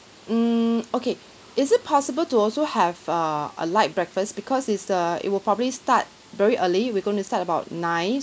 mm okay is it possible to also have err a light breakfast because it's uh it will probably start very early we're going to start about nine